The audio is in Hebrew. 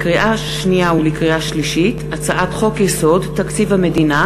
לקריאה שנייה ולקריאה שלישית: הצעת חוק-יסוד: תקציב המדינה